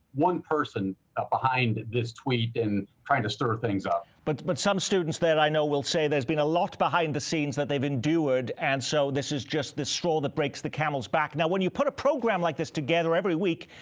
one person ah behind this tweet and trying to stir things up. but but some students there i know will say there's been a lot behind the scenes that they have endured and so this is just the straw that breaks the camel's back. when you put a program like this together every week,